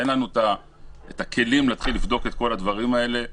אין לנו את הכלים לבדוק את כל הדברים האלה.